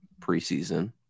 preseason